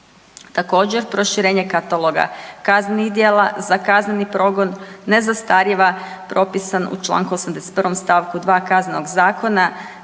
Također, proširenje kataloga kaznenih djela za kazneni progon ne zastarijeva propisan u čl. 81. st. 2 Kaznenog zakona,